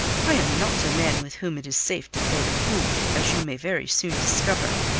i am not a man with whom it is safe to play the fool, as you may very soon discover.